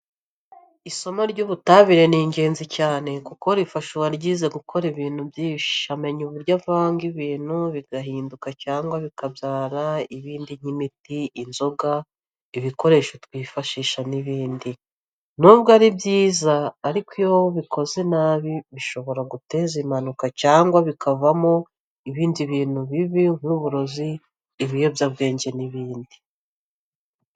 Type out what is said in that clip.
Isomo ry'ubutabire ni ingenzi cyane kuko rifasha uwaryize gukora ibintu byinshi, amenya uburyo avanga ibintu bigahinduka cyangwa bikabyara ibindi nk'imiti, inzoga, ibikoresho twifashisha buri n'ibindi. N'ubwo ari byiza ariko iyo bikozwe nabi bishobora guteza impanuka cyangwa bikavamo ibindi bintu bibi nk'uburozi, ibiyobyabwenge n'ibindi.